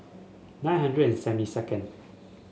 nine hundred and seventy second